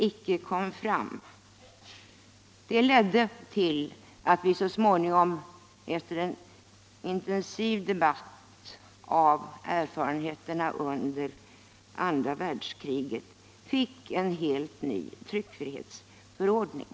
Och det ledde till att vi så småningom, efter en intensiv debatt om erfarenheterna under andra världskriget, fick en helt ny tryckfrihetsförordning.